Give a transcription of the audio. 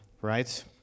right